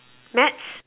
maths